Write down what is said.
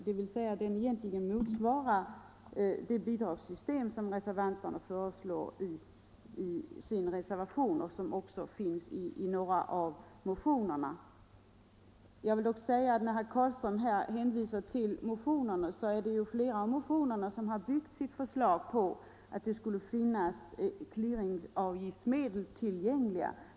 Den motsvarar alltså egentligen det bidragssystem som reservanterna föreslår och som också föreslås i några 31 När herr Carlström hänvisar till motionerna vill jag påpeka att man i flera av motionerna har byggt sina förslag på att det skulle finnas clearingavgiftsmedel tillgängliga.